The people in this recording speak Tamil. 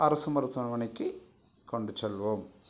அரசு மருத்துவமனைக்கு கொண்டு செல்வோம்